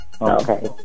Okay